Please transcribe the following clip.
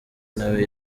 nawe